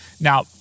now